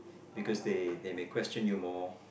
because they they may question you more